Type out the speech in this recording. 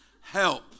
help